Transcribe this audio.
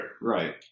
Right